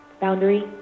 Boundary